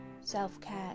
self-care